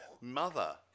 mother